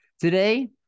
Today